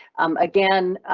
again,